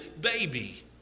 baby